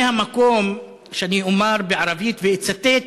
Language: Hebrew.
זה המקום שאומר בערבית, ואצטט: